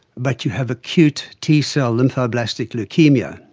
but you have acute t-cell lymphoblastic leukaemia.